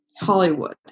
Hollywood